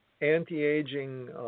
anti-aging